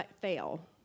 fail